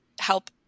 help